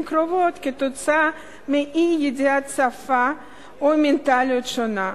קרובות בגלל אי-ידיעת השפה או מנטליות שונה.